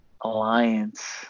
Alliance